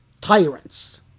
tyrants